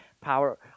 power